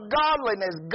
godliness